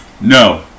No